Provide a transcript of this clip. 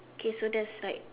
K so that's like